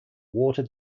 water